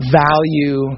value